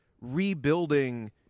rebuilding